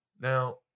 Now